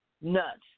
nuts